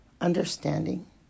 understanding